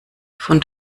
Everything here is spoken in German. von